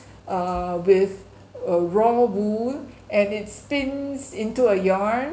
uh with uh raw wool and it spins into a yarn